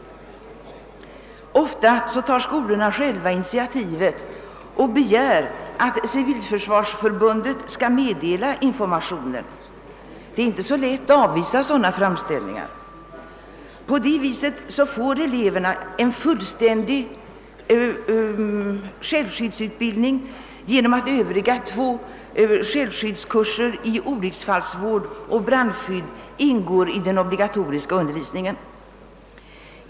Ofta tar skolorna själva initiativet och begär att civilförsvarsförbundet skall meddela informationen. Eleverna får härigenom en fullständig självskyddsutbildning genom att de övriga två självskyddskurserna, i olycksfallsvård och brandskydd, ingår i den obligatoriska undervisningen.